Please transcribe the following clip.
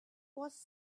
was